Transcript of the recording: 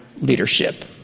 leadership